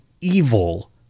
evil